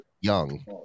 Young